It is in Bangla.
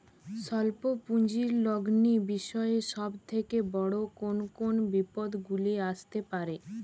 স্বল্প পুঁজির লগ্নি বিষয়ে সব থেকে বড় কোন কোন বিপদগুলি আসতে পারে?